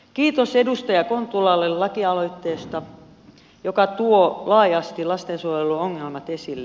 kiitos edustaja kontulalle lakialoitteesta joka tuo laajasti lastensuojeluongelmat esille